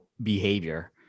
behavior